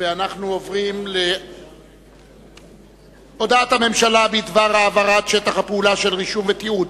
ואנחנו עוברים להודעת הממשלה בדבר העברת שטח הפעולה של רישום ותיעוד